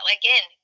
again